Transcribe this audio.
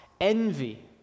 envy